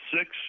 six